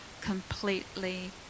completely